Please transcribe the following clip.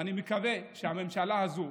ואני מקווה שהממשלה הזו